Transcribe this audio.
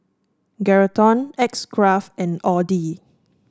Geraldton X Craft and Audi